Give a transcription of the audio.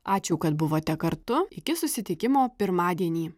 ačiū kad buvote kartu iki susitikimo pirmadienį